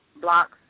blocks